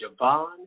Javon